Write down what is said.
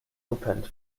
opened